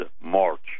March